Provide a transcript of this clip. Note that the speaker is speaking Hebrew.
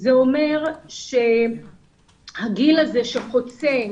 זה אומר שהגיל הזה שחוצה,